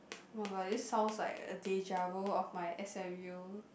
!wah! but this sounds like a deja vu of my S_M_U